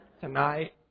tonight